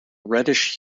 reddish